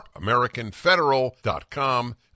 AmericanFederal.com